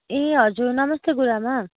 ए हजुर नमस्ते गुरुमा